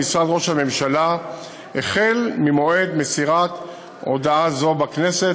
במשרד ראש הממשלה במועד מסירת הודעה זו בכנסת.